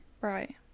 Right